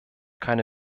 keine